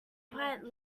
quite